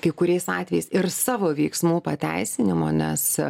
kai kuriais atvejais ir savo veiksmų pateisinimo nes